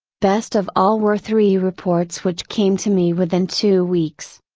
best of all were three reports which came to me within two weeks.